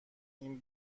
این